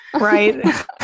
Right